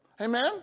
Amen